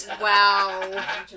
Wow